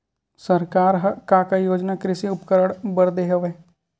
सरकार ह का का योजना कृषि उपकरण बर दे हवय?